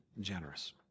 generous